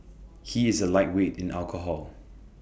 he is A lightweight in alcohol